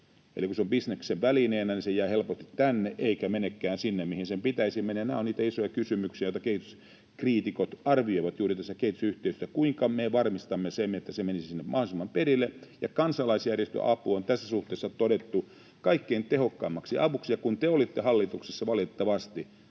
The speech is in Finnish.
Eli kun se on bisneksen välineenä, niin se jää helposti tänne eikä menekään sinne, mihin sen pitäisi mennä. Nämä on niitä isoja kysymyksiä, joita kehityskriitikot juuri arvioivat tässä kehitysyhteistyössä, kuinka me varmistamme, että se menisi mahdollisimman hyvin perille. Kansalaisjärjestöapu on tässä suhteessa todettu kaikkein tehokkaimmaksi avuksi, ja kun te olitte hallituksessa, valitettavasti